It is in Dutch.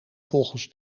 volgens